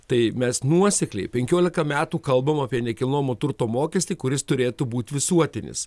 tai mes nuosekliai penkiolika metų kalbam apie nekilnojamojo turto mokestį kuris turėtų būt visuotinis